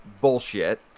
bullshit